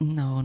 no